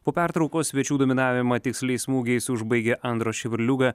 po pertraukos svečių dominavimą tiksliais smūgiais užbaigė andro šivarliūga